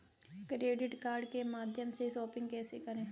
Credit card के माध्यम से शॉपिंग कैसे करें?